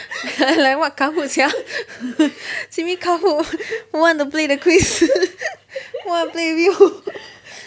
like what kahoot sia simi kahoot who want to play the quiz who want play with you